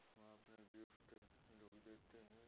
वहाँ अपना गिफ्ट जो भी देते हैं